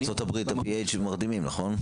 בארצות-הברית ה-P.A הם מרדימים, נכון?